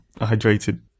hydrated